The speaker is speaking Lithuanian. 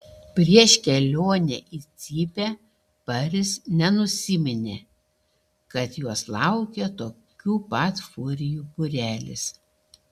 prieš kelionę į cypę paris nenusiminė kad jos laukia tokių pat furijų būrelis